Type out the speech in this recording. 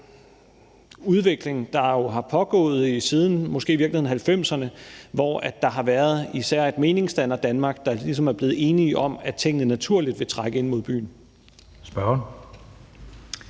i virkeligheden har pågået siden 1990'erne, hvor der især har været et meningsdannerdanmark, der ligesom er blevet enig om, at tingene naturligt vil trække ind mod byen. Kl.